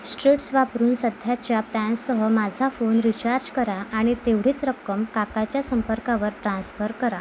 streets वापरून सध्याच्या प्लॅनसह माझा फोन रिचार्ज करा आणि तेवढीच रक्कम काका च्या संपर्कावर ट्रान्स्फर करा